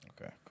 Okay